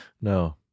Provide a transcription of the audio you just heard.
No